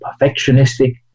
perfectionistic